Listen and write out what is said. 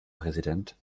präsident